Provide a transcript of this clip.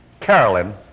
carolyn